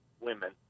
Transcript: women